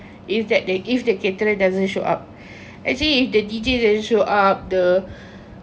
is that they if the caterer doesn't show up actually the D_J doesn't show up the